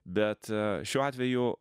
bet šiuo atveju